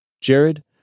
Jared